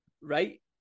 right